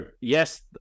yes